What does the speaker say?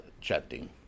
chatting